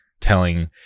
telling